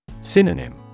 Synonym